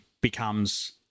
becomes